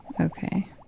Okay